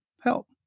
help